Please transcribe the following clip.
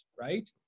right